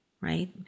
right